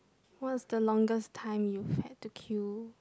what's the longest time you've had to queue